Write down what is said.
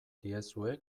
diezue